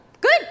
good